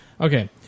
Okay